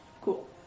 Cool